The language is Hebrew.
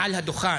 מעל הדוכן,